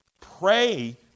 Pray